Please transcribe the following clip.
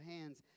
hands